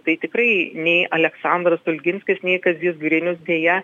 tai tikrai nei aleksandras stulginskis nei kazys grinius deja